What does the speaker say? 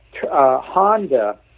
Honda